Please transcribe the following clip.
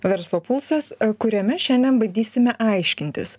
verslo pulsas kuriame šiandien bandysime aiškintis